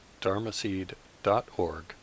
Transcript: dharmaseed.org